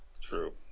True